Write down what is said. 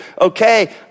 okay